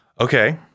Okay